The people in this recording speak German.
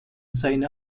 seine